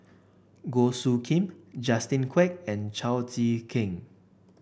Goh Soo Khim Justin Quek and Chao Tzee Keng